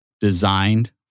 designed